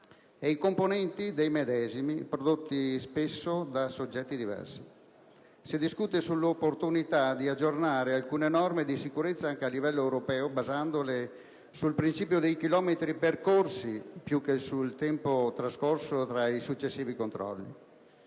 e i componenti dei medesimi, prodotti spesso da soggetti diversi. Si discute dell'opportunità di aggiornare alcune norme di sicurezza anche a livello europeo, basandole sul principio dei chilometri percorsi più che sul tempo trascorso tra i successivi controlli.